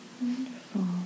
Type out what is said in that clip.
Wonderful